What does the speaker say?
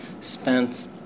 spent